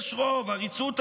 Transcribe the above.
'יש רוב' 'עריצות הרוב'".